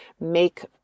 make